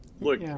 look